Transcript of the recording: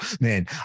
man